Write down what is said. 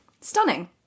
stunning